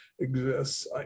Exists